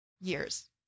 years